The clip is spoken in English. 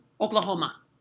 oklahoma